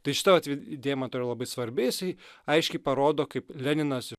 tai šita vat idėja man atrodo labai svarbi jisai aiškiai parodo kaip leninas